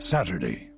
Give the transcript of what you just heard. Saturday